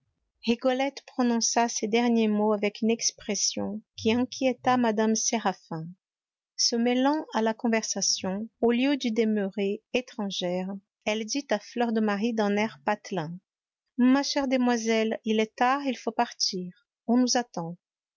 rigolette prononça ces derniers mots avec une expression qui inquiéta mme séraphin se mêlant à la conversation au lieu d'y demeurer étrangère elle dit à fleur de marie d'un air patelin ma chère demoiselle il est tard il faut partir on nous attend